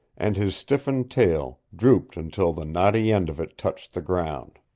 and his stiffened tail drooped until the knotty end of it touched the ground.